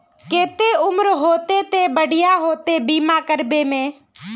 केते उम्र होते ते बढ़िया होते बीमा करबे में?